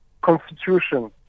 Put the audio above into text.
constitution